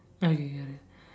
okay got it